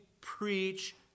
Preach